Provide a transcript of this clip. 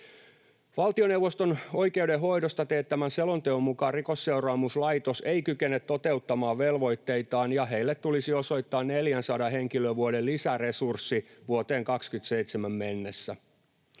Valtioneuvoston oikeudenhoidosta teettämän selonteon mukaan Rikosseuraamuslaitos ei kykene toteuttamaan velvoitteitaan ja heille tulisi osoittaa 400 henkilötyövuoden lisäresurssi vuoteen 27 mennessä.